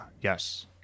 Yes